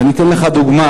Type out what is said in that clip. ואני אתן לך דוגמה.